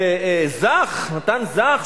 נתן זך,